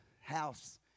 house